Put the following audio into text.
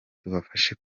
tubafashe